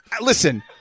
Listen